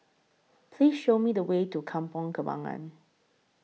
Please Show Me The Way to Kampong Kembangan